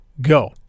Go